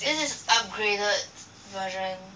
this is upgraded version